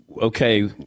okay